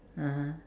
(uh huh)